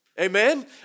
Amen